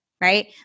right